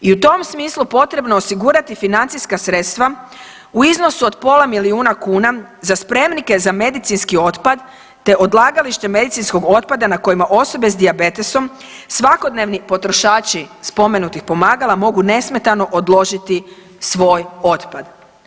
I u tom smislu potrebno je osigurati financijska sredstva u iznosu od pola milijuna kuna za spremnike za medicinski otpad, te odlagalište medicinskog otpada na kojima osobe sa dijabetesom svakodnevni potrošači spomenutih pomagala mogu nesmetano odložiti svoj otpad.